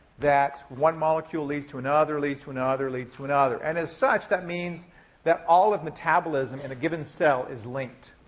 that one molecule leads to another, leads to another, leads to another. and as such, that means that all of metabolism in a given cell is linked.